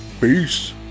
peace